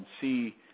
see